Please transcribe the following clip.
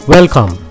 Welcome